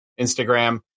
Instagram